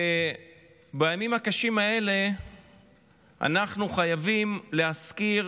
ובימים הקשים האלה אנחנו חייבים להזכיר,